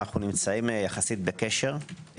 אנו נמצאים יחסית בקשר,